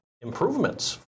improvements